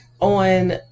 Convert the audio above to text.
on